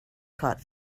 caught